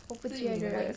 我不觉得